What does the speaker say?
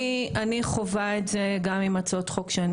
אני חווה את זה גם עם הצעות חוק שאני